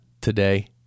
today